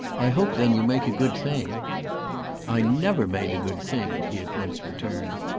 i hope then you make a good thing i never made a good thing! he at once returned.